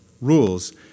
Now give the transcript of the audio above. rules